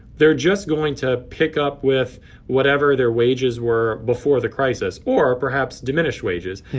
they're just going to pick up with whatever their wages were before the crisis or perhaps diminished wages.